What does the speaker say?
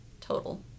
Total